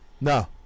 No